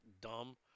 Dumb